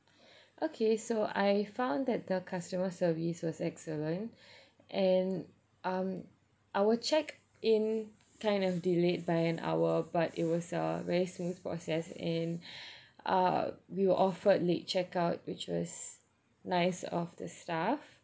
okay so I found that the customer service was excellent and um our check in kind of delayed by an hour but it was a very smooth process in uh we were offered late check out which was nice of the staff